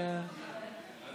התש"ף 2020,